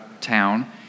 town